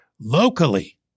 locally